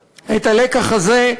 אתכם: את הלקח הזה,